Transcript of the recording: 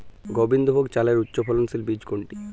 গোবিন্দভোগ চালের উচ্চফলনশীল বীজ কোনটি?